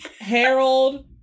Harold